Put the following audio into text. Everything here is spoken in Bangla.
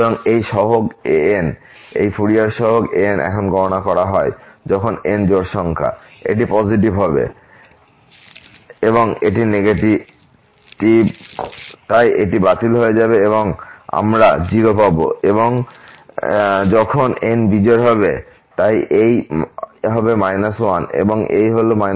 সুতরাং এই সহগ an এই ফুরিয়ার সহগ an এখন গণনা করা হয় যখন n জোড় সংখ্যা হয় এটি পগিটিভ হবে এবং এটি নেগেটিভ তাই এটি বাতিল হয়ে যাবে এবং আমরা 0 পাব এবং যখন n বিজোড় হবে তাই এই হবে 1 এবং এই হল 1